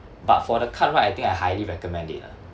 but for the card right I think I highly recommend it lah